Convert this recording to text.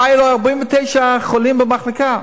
כשהיו לו 49 חולים במחלקה.